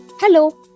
Hello